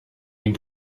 den